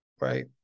Right